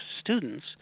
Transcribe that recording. students